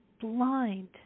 blind